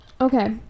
Okay